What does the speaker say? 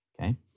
okay